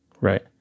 right